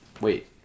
wait